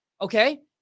Okay